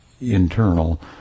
internal